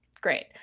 great